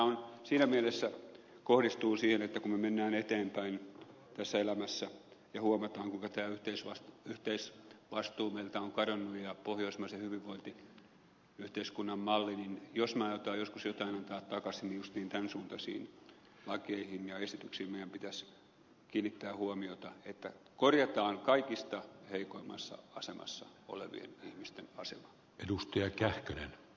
tämä siinä mielessä kohdistuu siihen että kun me menemme eteenpäin tässä elämässä ja huomaamme kuinka tämä yhteisvastuu meiltä on kadonnut ja pohjoismaisen hyvinvointiyhteiskunnan malli niin jos me aiomme joskus jotain antaa takaisin niin justiin tämän suuntaisiin lakeihin ja esityksiin meidän pitäisi kiinnittää huomiota että korjataan kaikista heikoimmassa asemassa olevien ihmisten asema